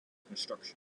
construction